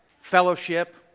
fellowship